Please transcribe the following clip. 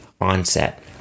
onset